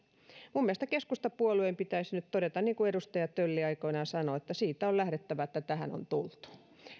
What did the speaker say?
minun mielestäni keskustapuolueen pitäisi nyt todeta niin kuin edustaja tölli aikoinaan sanoi että siitä on lähdettävä että tähän on tultu